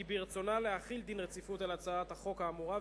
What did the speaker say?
כי ברצונה להחיל דין רציפות על הצעת החוק האמורה,